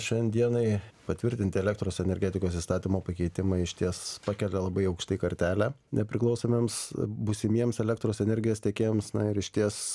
šiandienai patvirtinti elektros energetikos įstatymo pakeitimai išties pakelia labai aukštai kartelę nepriklausomiems būsimiems elektros energijos tiekėjams na ir išties